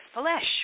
flesh